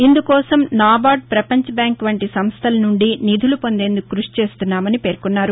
ఇందుకోసం నాబార్డ ప్రపంచ బ్యాంకు వంటి సంస్దల నుండి నిధులు పొందేందుకు కృషి చేస్తున్నామని పేర్కొన్నారు